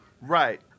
Right